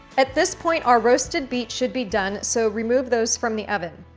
at this point our roasted beets should be done, so remove those from the oven.